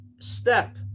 step